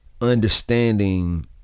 understanding